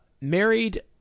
Married